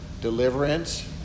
deliverance